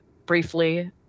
Briefly